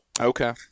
okay